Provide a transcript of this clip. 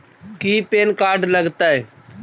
की PAN card लग तै?